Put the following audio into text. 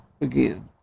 again